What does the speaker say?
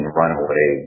runaway